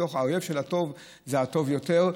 מתוך "האויב של הטוב זה הטוב יותר".